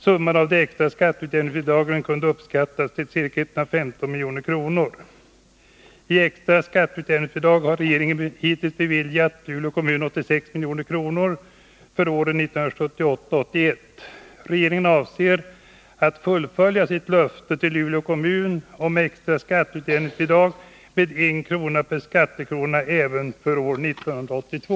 Summan av de extra skatteutjämningsbidragen kunde uppskattas till ca 115 milj.kr. I extra skatteutjämningsbidrag har regeringen hittills beviljat Luleå kommun 86 milj.kr. för åren 1978-1981. Regeringen avser att fullfölja sitt löfte till Luleå kommun om extra skatteutjämningsbidrag med en krona per skattekrona även för år 1982.